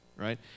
right